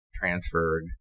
transferred